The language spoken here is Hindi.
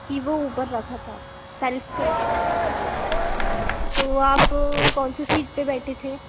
कि वो ऊपर रखा था सेल्फ पर र अच्छा तो आप कौन सी सीट पर बैठे थे